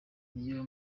niyo